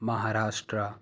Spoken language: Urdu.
مہاراشٹرا